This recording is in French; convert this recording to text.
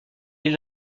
est